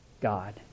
God